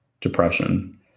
depression